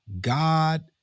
God